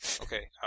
Okay